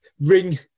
ring